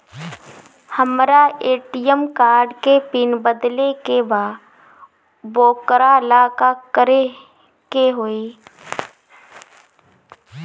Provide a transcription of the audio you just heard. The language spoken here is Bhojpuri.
हमरा ए.टी.एम कार्ड के पिन बदले के बा वोकरा ला का करे के होई?